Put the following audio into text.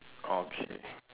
okay